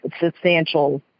substantial